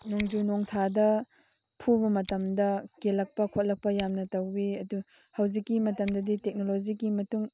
ꯅꯣꯡꯖꯨ ꯅꯨꯡꯁꯥꯗ ꯐꯨꯕ ꯃꯇꯝꯗ ꯀꯦꯜꯂꯛꯄ ꯈꯣꯠꯂꯛꯄ ꯌꯥꯝꯅ ꯇꯧꯏ ꯑꯗꯨ ꯍꯧꯖꯤꯛꯀꯤ ꯃꯇꯝꯗꯗꯤ ꯇꯦꯛꯅꯣꯂꯣꯖꯤꯒꯤ ꯃꯇꯨꯡ